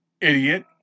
idiot